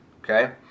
okay